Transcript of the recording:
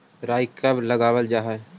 राई कब लगावल जाई?